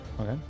Okay